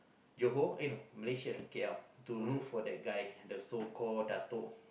Johor uh no Malaysia K_L to look for that guy the so call doubt